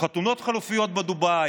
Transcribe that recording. חתונות חליפיות בדובאי.